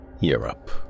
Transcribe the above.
Europe